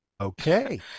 Okay